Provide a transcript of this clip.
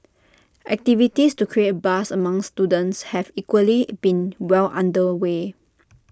activities to create buzz among students have equally been well under way